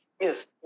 Yes